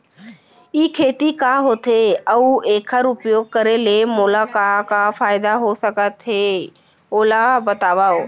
ई खेती का होथे, अऊ एखर उपयोग करे ले मोला का का फायदा हो सकत हे ओला बतावव?